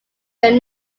their